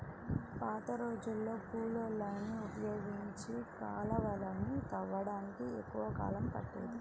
పాతరోజుల్లో కూలోళ్ళని ఉపయోగించి కాలవలని తవ్వడానికి ఎక్కువ కాలం పట్టేది